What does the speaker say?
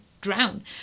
drown